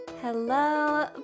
Hello